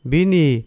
Bini